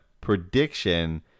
prediction